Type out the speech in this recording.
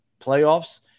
playoffs